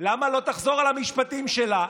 למה לא תחזור על המשפטים שלה?